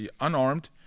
unarmed